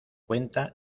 cuenta